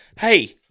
hey –